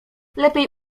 lepiej